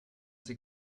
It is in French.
ces